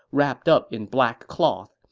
wrapped up in black cloth.